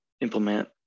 implement